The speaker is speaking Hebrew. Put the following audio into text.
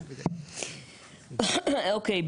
אוקיי,